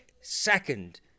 second